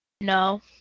No